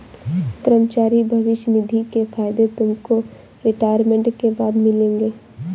कर्मचारी भविष्य निधि के फायदे तुमको रिटायरमेंट के बाद मिलेंगे